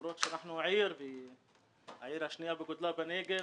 למרות שאנחנו העיר השנייה בגודלה בנגב,